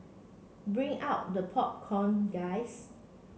bring out the popcorn guys